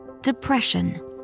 depression